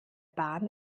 bahn